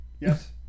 Yes